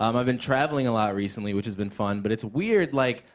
um i've been traveling a lot recently, which has been fun, but it's weird, like,